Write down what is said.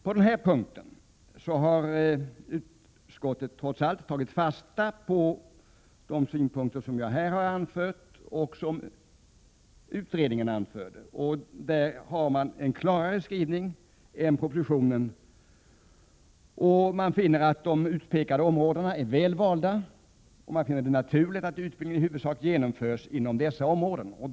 På den här punkten har utskottet trots allt tagit fasta på de synpunkter som jag här har anfört och som utredningen anförde. Utskottets skrivning är klarare än propositionens, och utskottet anser att de utpekade områdena är väl valda. Utskottet finner det naturligt att utbildningen genomförs i huvudsak inom dessa områden.